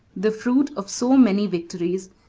the fruit of so many victories,